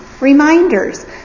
Reminders